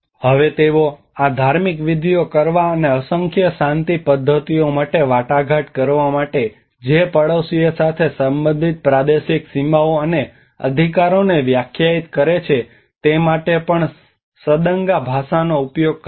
હવે તેઓ આ ધાર્મિક વિધિઓ કરવા અને અસંખ્ય શાંતિ પધ્ધતિઓ માટે વાટાઘાટ કરવા માટે જે પડોશીઓ સાથે સંબંધિત પ્રાદેશિક સીમાઓ અને અધિકારોને વ્યાખ્યાયિત કરે છે તે માટે પણ સદંગા ભાષાનો ઉપયોગ કરે છે